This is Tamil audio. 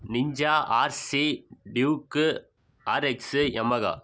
ninja RC Duke RX Yamaha